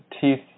teeth